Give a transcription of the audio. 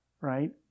right